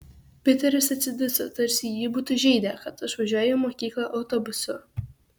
piteris atsiduso tarsi jį būtų žeidę kad aš važiuoju į mokyklą autobusu